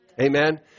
Amen